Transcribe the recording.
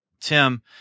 Tim